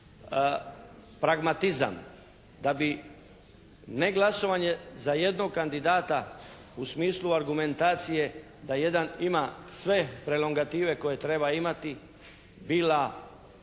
pragmatizam. Da bi neglasovanje za jednog kandidata u smislu argumentacije da jedan ima sve prelongative koje treba imati bila, bio